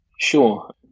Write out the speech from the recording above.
sure